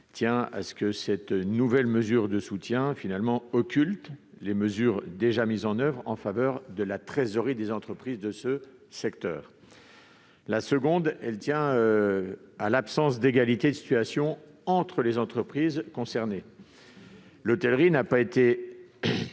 tient à ce que cette nouvelle mesure de soutien occulte celles déjà mises en oeuvre en faveur de la trésorerie des entreprises de ce secteur. La seconde tient à l'absence d'égalité de situation entre les entreprises concernées : l'hôtellerie n'a pas été